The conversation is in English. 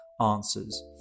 answers